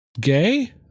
Gay